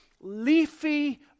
leafy